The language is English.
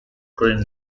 green